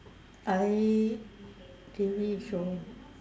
I believe so